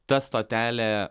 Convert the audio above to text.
ta stotelė